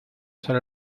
ser